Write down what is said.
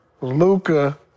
Luca